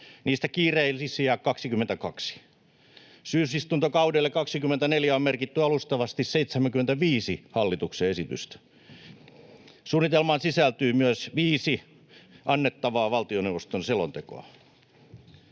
niistä kiireellisiä 22. Syysistuntokaudelle 24 on merkitty alustavasti 75 hallituksen esitystä. Suunnitelmaan sisältyy myös 5 keväällä annettavaa valtioneuvoston selontekoa.